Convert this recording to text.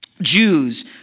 Jews